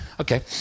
Okay